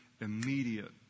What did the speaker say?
immediate